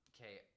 okay